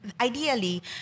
ideally